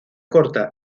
corta